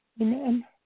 Amen